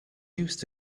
used